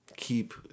keep